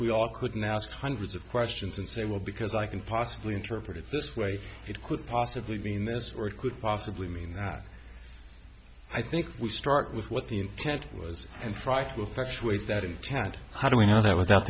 we all could now ask hundreds of questions and say well because i can possibly interpret it this way it could possibly be in this or it could possibly mean that i think we start with what the intent was and frightful thresh with that intent how do we know that without